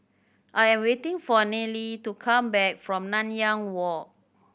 I am waiting for Nealy to come back from Nanyang Walk